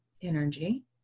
energy